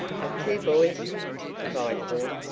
i've two boys to provide for,